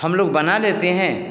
हम लोग बना लेते हैं